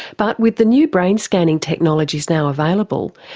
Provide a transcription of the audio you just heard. but with the new brain scanning technologies now available,